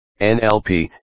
NLP